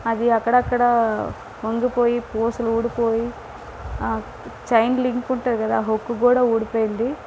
అది అక్కడక్కడ వంగిపోయి పూసలు ఊడిపోయి ఆ చైన్ లింక్ ఉంటుంది కదా హుక్కు కూడా ఊడిపోయింది